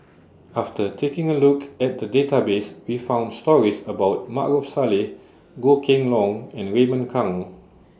after taking A Look At The Database We found stories about Maarof Salleh Goh Kheng Long and Raymond Kang